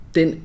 Den